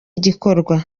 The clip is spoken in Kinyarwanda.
igikorwa